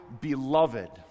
beloved